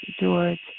George